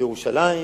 בירושלים,